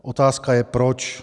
Otázka je proč.